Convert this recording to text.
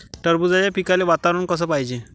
टरबूजाच्या पिकाले वातावरन कस पायजे?